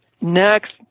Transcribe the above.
Next